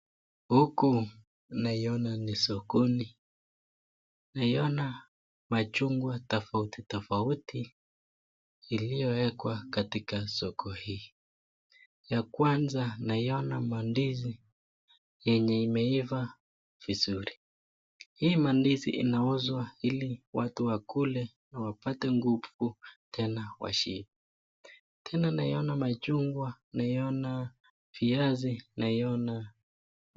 Huku naiona ni sokoni. Naiona machungwa tofauti tofauti iliyowekwa katika soko hii. Ya kwanza naiona mandizi yenye imeiva vizuri. Hii mandizi inauzwa ili watu wakule na wapate nguvu tena washibe. Tena naiona majungwa, naiona viazi, naiona.